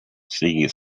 sigui